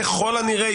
ככל הנראה,